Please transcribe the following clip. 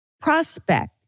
prospect